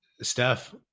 steph